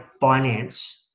finance